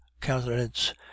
countenance